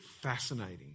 fascinating